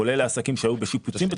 כולל לעסקים שהיו בשיפוצים.